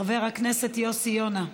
חוק התכנון והבנייה (תיקון,